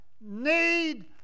need